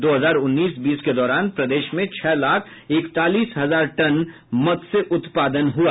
दो हजार उन्नीस बीस के दौरान प्रदेश में छह लाख इकतालीस हजार टन मत्स्य उत्पादन हुआ